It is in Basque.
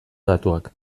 datuak